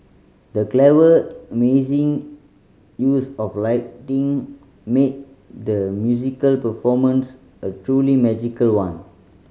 the clever amazing use of lighting made the musical performance a truly magical one